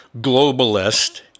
globalist